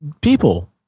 people